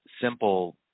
simple